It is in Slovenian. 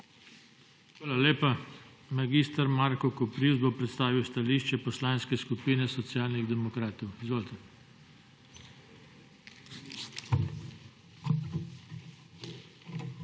Hvala lepa. Mag. Marko Koprivc bo predstavil stališče Poslanske skupine Socialnih demokratov. Izvolite. **MAG.